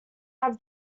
have